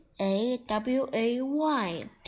A-W-A-Y